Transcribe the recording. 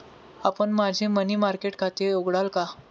आपण माझे money market खाते उघडाल का?